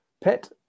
PET